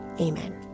Amen